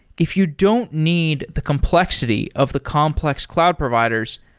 if you don't need the complexity of the complex cloud providers,